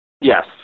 Yes